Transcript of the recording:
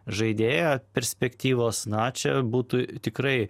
žaidėjo perspektyvos na čia būtų tikrai